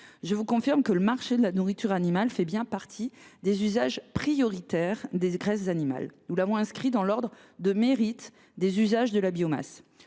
Je vous confirme que la nourriture animale fait bien partie des usages prioritaires des graisses animales. Nous l’avons même inscrit dans l’ordre de mérite des usages de la biomasse.